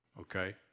okay